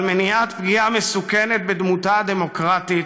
על מניעת פגיעה מסוכנת בדמותה הדמוקרטית